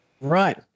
right